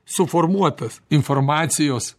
suformuotas informacijos